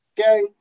okay